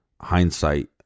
hindsight